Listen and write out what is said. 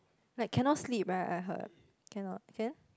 like cannot sleep right I heard cannot can